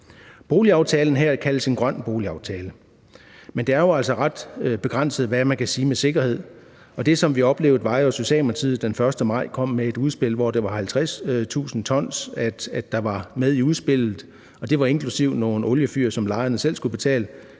Boligaftalen her kaldes en grøn boligaftale, men det er jo altså ret begrænset, hvad man kan sige med sikkerhed. Det, som vi oplevede, var jo, at Socialdemokratiet den 1. maj kom med et udspil, hvor der var 50.000 t med i udspillet, og det var inklusive nogle oliefyr, som lejerne selv skulle betale.